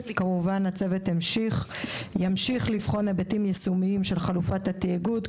הצוות ימשיך לבחון היבטים יישומיים של חלופת התאגוד,